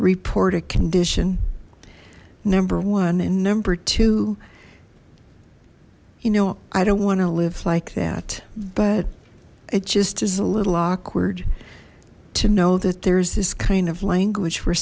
report a condition number one and number two you know i don't want to live like that but it just is a little awkward to know that there's this kind of language where